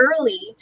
early